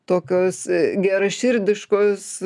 tokios geraširdiškos